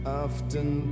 often